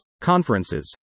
conferences